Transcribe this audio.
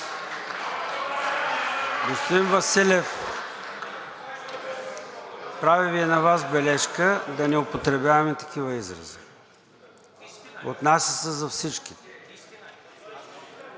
Господин Василев, правя и на Вас бележка – да не употребяваме такива изрази. Отнася се за всички.